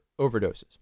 overdoses